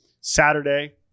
Saturday